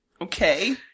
Okay